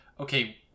Okay